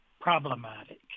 problematic